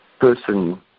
person